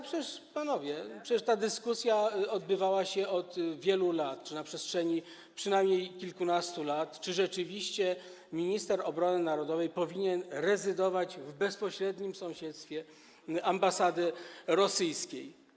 Panowie, przecież ta dyskusja odbywała się od wielu lat, na przestrzeni przynajmniej kilkunastu lat, czy rzeczywiście minister obrony narodowej powinien rezydować w bezpośrednim sąsiedztwie ambasady rosyjskiej.